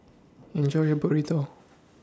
Enjoy your Burrito